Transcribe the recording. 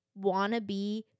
wannabe